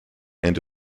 end